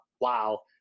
wow